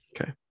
Okay